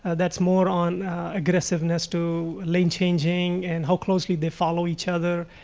that's more on aggressiveness to lane changing and how closely they follow each other,